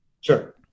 Sure